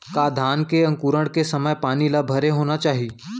का धान के अंकुरण के समय पानी ल भरे होना चाही?